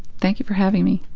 thank you for having me.